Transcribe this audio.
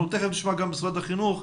אנחנו תיכף נשמע גם את משרד החינוך,